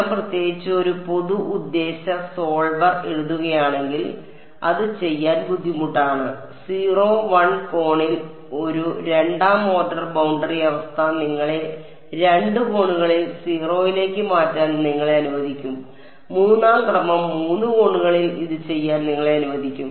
ഞാൻ പ്രത്യേകിച്ച് ഒരു പൊതു ഉദ്ദേശ്യ സോൾവർ എഴുതുകയാണെങ്കിൽ അത് ചെയ്യാൻ ബുദ്ധിമുട്ടാണ് 0 1 കോണിൽ ഒരു രണ്ടാം ഓർഡർ ബൌണ്ടറി അവസ്ഥ നിങ്ങളെ 2 കോണുകളിൽ 0 ലേക്ക് മാറ്റാൻ നിങ്ങളെ അനുവദിക്കും മൂന്നാം ക്രമം 3 കോണുകളിൽ ഇത് ചെയ്യാൻ നിങ്ങളെ അനുവദിക്കും